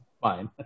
fine